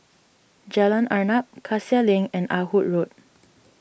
Jalan Arnap Cassia Link and Ah Hood Road